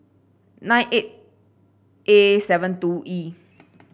nine eight A seven two E